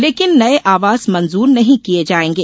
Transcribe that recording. लेकिन नये आवास मंजूर नहीं किये जाएंगे